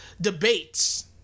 debates